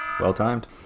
Well-timed